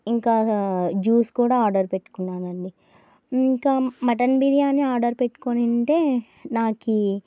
ఇంకా జ్యూస్ కూడా ఆర్డర్ పెట్టుకున్నానండి ఇంకా మటన్ బిర్యానీ ఆర్డర్ పెట్టుకుంటే నాకు